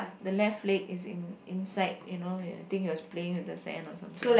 the left leg is in inside you know I think he was playing with the sand or something